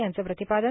यांचं प्रतिपादन